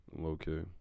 okay